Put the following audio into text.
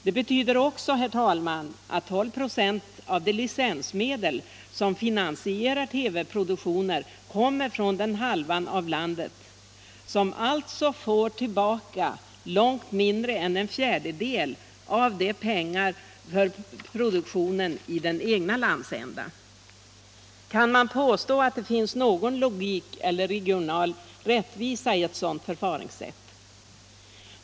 Det betyder också, herr talman, att 12 "+ av de licensmedel som finansierar TV-produktionen kommer från denna halva av landet som alltså får tillbaka långt mindre än en fjärdedel av pengarna för produktioner i den egna landsändan. Kan man påstå att det finns någon logik eller regional rättvisa i ett sådant förfaringssätt?